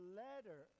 letter